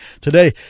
Today